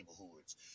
neighborhoods